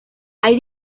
hay